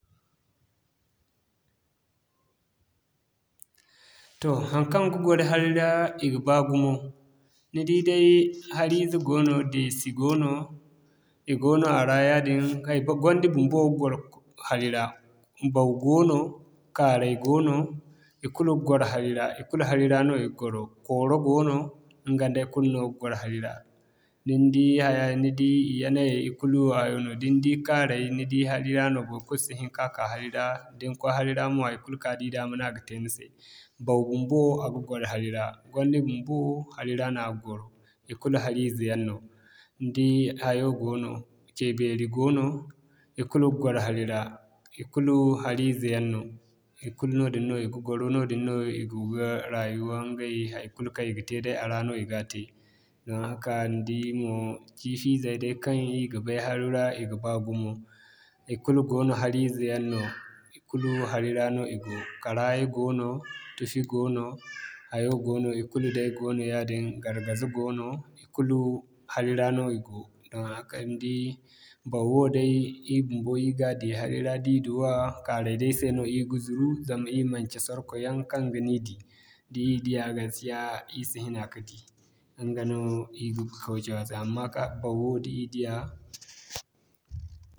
Toh haŋkaŋ ga gwaro hari ra, i ga baa gumo. Ni di day, harize goono, deesi goono, i goono a ra yaadin hay'fo gwandi bumbo ga gwaro hari ra. Baw goono, kaaray goono, ikulu ga gwaro hari ra ikulu hari ra no i ga gwaro. Kooro goono, ɲga nd'ay kulu no ga gwaro hari ra. Ni di haya, ni di yanayay ikulu hayo no da ni di kaaray, ni di hari ra no baikulu si hin ka'ka hari ra da ni koy hari ra mo haikulu kaŋ a di daama no a ga te ni se. Baw bumbo a ga gwaro hari ra, gwandi bumbo hari ra no a ga gwaro ikulu harize yaŋ no ni di hayo goono, cee beeri goono, ikulu ga gwaro hari ra. Ikulu harize yaŋ no ikulu noodin no i ga gwaro noodin no i go ga rayuwa ɲgay haikulu kaŋ i ga te day a ra no i ga te. ka ni di mo ciifi izey day kaŋ ir ga bay hari ra i ga baa gumo ikulu goono harize yaŋ no ikulu hari ra no i go. Karaya goono, tufi goono, hayo goono i kulu day goono yaadin gargaze goono, ikulu hari ra no i go. Ya kay ni di, baw wo day, ir bumbo ir ga di hari ra da ir duwaa, kaaray day se no ir ga zuru, zama ir manci sorko yaŋ kaŋ ga ni di. Da ir diya gaskiya, ir si hina ka di ɲga no ir ga amma da ir diya